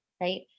right